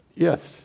Yes